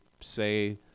say